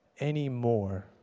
anymore